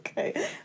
Okay